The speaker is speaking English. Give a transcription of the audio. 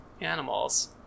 animals